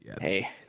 Hey